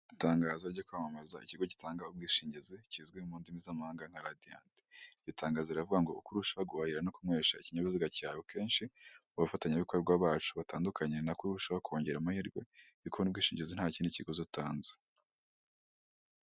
Umuntu yambaye imyenda myiza, ikanzu y'umutuku, ikoti ry'icyatsi ari gusinya impapuro nk'uko bigaragara, aho barimo baranamufotora, ahagararanye n'abandi bagabo babiri nabo bambaye amakoti, ubona bameze neza.